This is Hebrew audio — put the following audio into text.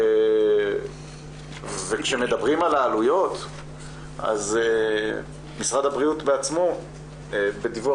וכשמדברים על העלויות אז משרד הבריאות בעצמו בדיווח